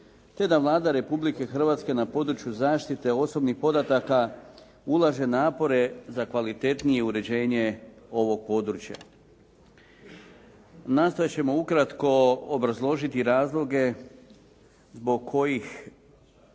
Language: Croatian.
te da Vlada Republike Hrvatske na području zaštite osobnih podataka ulaže napore za kvalitetnije uređenje ovog područja. Nastojati ćemo ukratko obrazložiti razloge zbog kojih